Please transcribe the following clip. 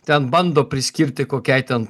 ten bando priskirti kokiai ten